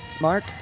Mark